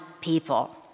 people